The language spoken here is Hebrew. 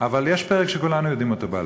אבל יש פרק שכולנו יודעים אותו בעל-פה,